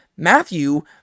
Matthew